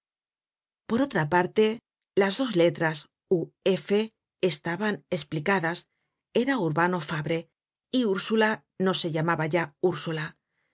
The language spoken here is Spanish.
por otra parte las dos letras u f estaban esplicadas era urbano fabre y ursula no se llamaba ya ursula